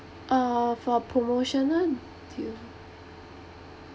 uh for promotional deal